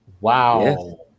Wow